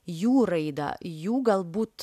jų raidą jų gal būt